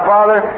Father